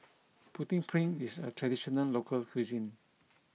Putu Piring is a traditional local cuisine